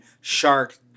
shark